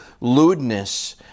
lewdness